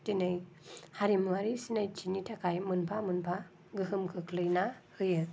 दिनै हारिमुआरि सिनायथिनि थाखाय मोनफा मोनफा गोहोम खोख्लैनान होयो